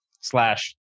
slash